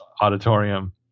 auditorium